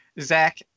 Zach